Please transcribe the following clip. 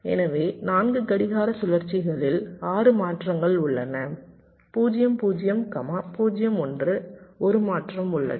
எனவே 4 கடிகார சுழற்சிகளில் 6 மாற்றங்கள் உள்ளன 0 0 0 1 ஒரு மாற்றம் உள்ளது